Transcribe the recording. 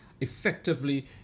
effectively